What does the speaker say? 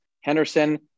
Henderson